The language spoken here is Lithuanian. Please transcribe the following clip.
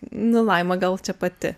nu laima gal čia pati